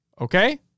Okay